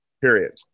period